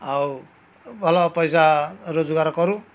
ଆଉ ଭଲ ପଇସା ରୋଜଗାର କରୁ